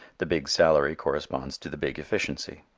the big salary corresponds to the big efficiency.